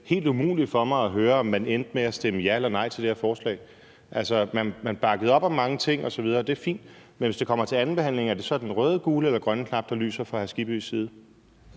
helt umuligt for mig at høre, om man endte med at stemme ja eller nej til det her forslag. Altså, man bakkede op om mange ting osv., og det er fint, men hvis det kommer til andenbehandlingen, er det så den røde, gule eller grønne knap, der lyser fra hr. Hans